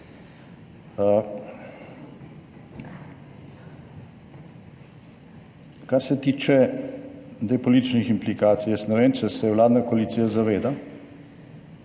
Kar se tiče zdaj političnih implikacij, jaz ne vem, če se vladna koalicija zaveda,